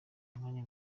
munya